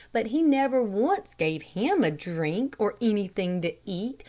but he never once gave him a drink or anything to eat,